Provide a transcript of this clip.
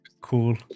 cool